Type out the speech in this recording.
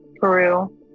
Peru